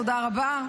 תודה רבה.